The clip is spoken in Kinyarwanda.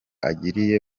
agiriye